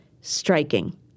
striking